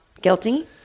guilty